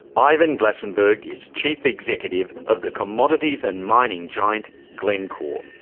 ivan glasenberg is chief executive of the commodities and mining giant, glencore.